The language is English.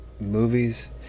movies